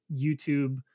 YouTube